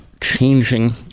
changing